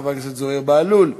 חבר הכנסת זוהיר בהלול,